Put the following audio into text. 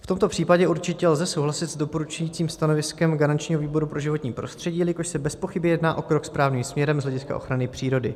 V tomto případě určitě lze souhlasit s doporučujícím stanoviskem garančního výboru pro životní prostředí, jelikož se bezpochyby jedná o krok správným směrem z hlediska ochrany přírody.